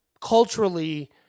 culturally